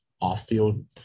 off-field